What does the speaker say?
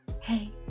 hey